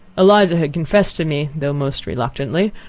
eliza had confessed to me, though most reluctantly,